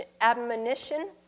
admonition